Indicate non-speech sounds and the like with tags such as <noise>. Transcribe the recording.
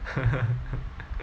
<laughs>